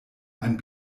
einen